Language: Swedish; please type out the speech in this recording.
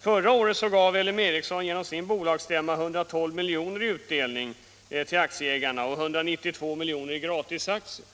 Förra året gav L M Ericsson genom sin bolagsstämma 112 miljoner i utdelning till aktieägarna och 192 miljoner i gratisaktier.